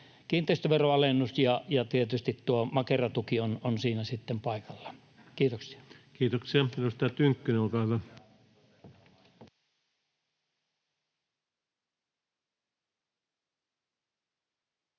kiinteistöveroalennus, ja tietysti tuo Makera-tuki on siinä sitten paikallaan. — Kiitoksia. Kiitoksia.